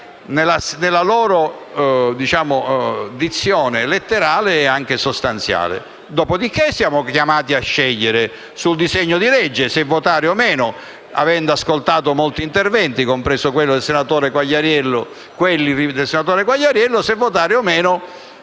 nella loro dizione letterale e anche sostanziale. Dopodiché, siamo chiamati a scegliere sul disegno di legge, avendo ascoltato molti interventi, compreso quelli del senatore Quagliariello, se votare a